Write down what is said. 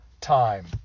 time